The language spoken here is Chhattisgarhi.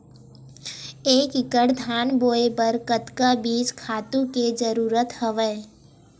एक एकड़ धान बोय बर कतका बीज खातु के जरूरत हवय?